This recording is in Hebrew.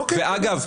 ואגב,